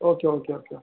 okay okay okay